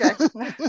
Okay